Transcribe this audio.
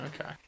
Okay